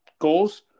goals